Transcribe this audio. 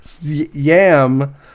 Yam